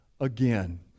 again